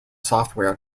software